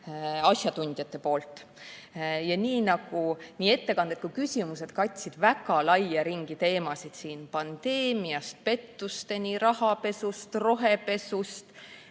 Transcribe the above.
asjatundjatelt. Nii ettekanded kui ka küsimused katsid väga laia ringi teemasid: pandeemiast pettusteni, rahapesust, rohepesust,